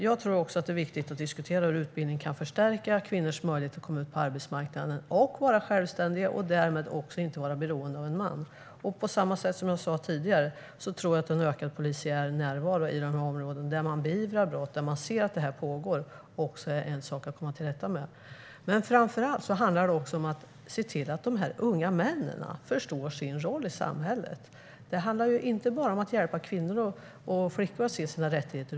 Jag tror också att det är viktigt att diskutera hur utbildning kan förstärka kvinnors möjligheter att komma ut på arbetsmarknaden och vara självständiga och därmed inte heller vara beroende av en man. Som jag sa tidigare tror jag att det behövs en ökad polisiär närvaro i dessa områden, så att man beivrar brott, ser att detta pågår och kommer till rätta med det. Men framför allt handlar det om att se till att dessa unga män förstår sin roll i samhället. Det handlar inte bara om att hjälpa kvinnor och flickor att se sina rättigheter.